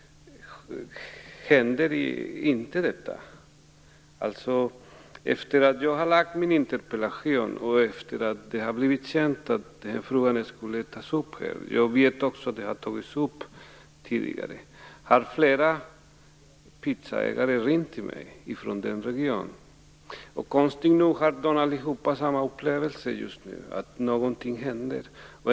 Efter det att jag har väckt min interpellation och efter det att det har blivit känt att frågan skulle tas upp här - jag vet att den har tagits upp tidigare - har flera pizzeriaägare ringt till mig från den regionen. Konstigt nog har de allihopa just nu samma upplevelse av att någonting händer.